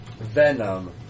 Venom